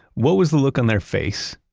what was the look on their face?